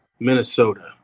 Minnesota